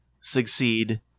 succeed